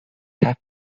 have